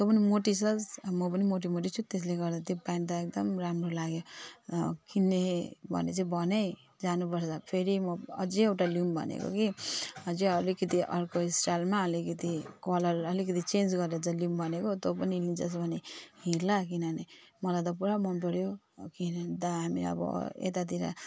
तँ पनि मोटी छस् अँ म पनि मोटीमोटी छु त्यसले गर्दा त्यो प्यान्ट त एकदम राम्रो लाग्यो किन्ने भने चाहिँ भन है जानुपर्छ फेरि म अझै एउटा लिउँ भनेको कि अझै अलिकति अर्को स्टाइलमा अलिकति कलर अलिकति चेन्ज गरेर चाहिँ लिउँ भनेको तँ पनि लिन्छस् भने हिँड ल किनभने मलाई त पुरा मनपर्यो किनभने दामी अब यतातिर